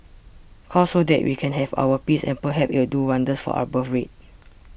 cull so that we can have our peace and perhaps it'll do wonders for our birthrate